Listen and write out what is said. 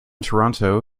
toronto